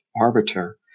arbiter